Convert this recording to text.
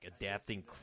adapting